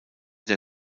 der